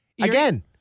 again